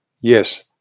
Yes